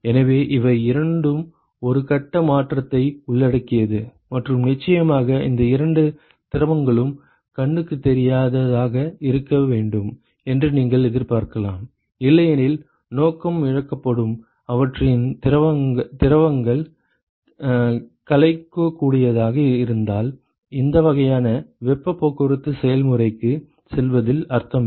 எனவே இவை இரண்டும் ஒரு கட்ட மாற்றத்தை உள்ளடக்கியது மற்றும் நிச்சயமாக இந்த இரண்டு திரவங்களும் கண்ணுக்கு தெரியாததாக இருக்க வேண்டும் என்று நீங்கள் எதிர்பார்க்கலாம் இல்லையெனில் நோக்கம் இழக்கப்படும் அவற்றின் திரவங்கள் கலக்கக்கூடியதாக இருந்தால் இந்த வகையான வெப்பப் போக்குவரத்து செயல்முறைக்கு செல்வதில் அர்த்தமில்லை